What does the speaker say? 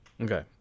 Okay